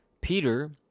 Peter